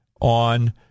on